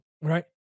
right